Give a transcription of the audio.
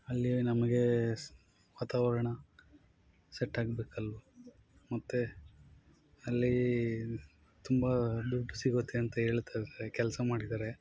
ಅಲ್ಲಿ ನಮಗೆ ಸ ವಾತಾವರಣ ಸೆಟ್ಟಾಗಬೇಕಲ್ಲ ಮತ್ತು ಅಲ್ಲಿ ತುಂಬ ದುಡ್ಡು ಸಿಗುತ್ತೆ ಅಂತ ಹೇಳ್ತಾರೆ ಕೆಲಸ ಮಾಡಿದರೆ